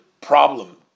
problem